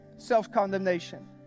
Self-condemnation